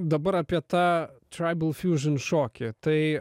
dabar apie tą traibal fjužion šokį tai